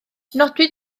nodwyd